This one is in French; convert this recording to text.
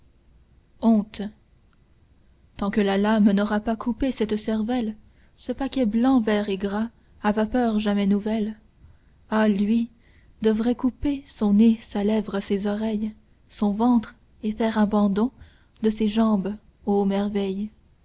honte tant que la lame n'aura pas coupé cette cervelle ce paquet blanc vert et gras a vapeur jamais nouvelle ah lui devrait couper son nez sa lèvre ses oreilles son ventre et faire abandon de ses jambes ô merveille